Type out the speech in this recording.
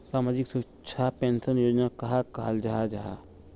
सामाजिक सुरक्षा पेंशन योजना कहाक कहाल जाहा जाहा?